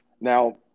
Now